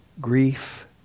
grief